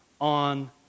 on